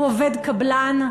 הוא עובד קבלן?